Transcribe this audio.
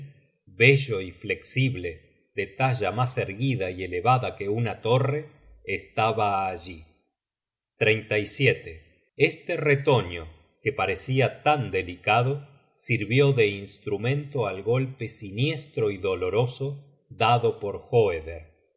bello y flexible de talla mas erguida y elevada que una torre estaba allí este retoño que parecia tan delicado sirvió de instrumento al golpe siniestro y doloroso dado por hoeder